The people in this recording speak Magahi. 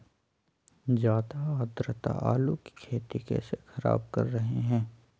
ज्यादा आद्रता आलू की खेती कैसे खराब कर रहे हैं?